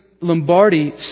Lombardi